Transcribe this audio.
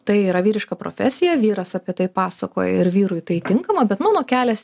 tai yra vyriška profesija vyras apie tai pasakoja ir vyrui tai tinkama bet mano kelias